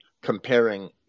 comparing